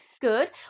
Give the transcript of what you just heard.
Good